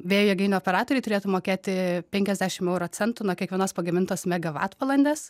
vėjo jėgainių operatoriai turėtų mokėti penkiasdešim euro centų nuo kiekvienos pagamintos megavatvalandės